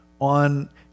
on